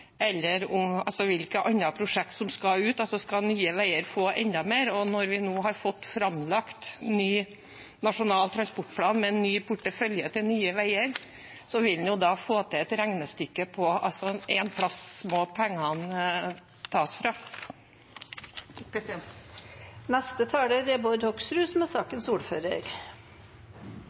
eller hvilke andre prosjekter som skal ut. Skal Nye Veier få enda mer? Når vi nå har fått framlagt ny Nasjonal transportplan med ny portefølje til Nye Veier, vil man få et regnestykke på det. Ett sted må pengene tas fra.